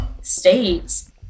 states